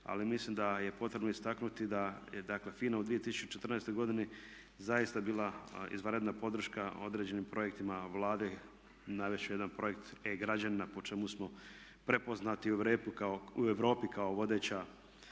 ali mislim da je potrebno istaknuti da je dakle FINA u 2014. godini zaista bila izvanredna podrška određenim projektima Vlade, navest ću jedan projekt, e-građanina po čemu smo prepoznati u Europi kao vodeća